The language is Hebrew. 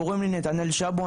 קוראים לי נתנאל שבו,